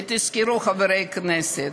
ותזכרו, חברי הכנסת.